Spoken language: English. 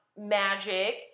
magic